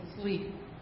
sleep